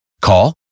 Call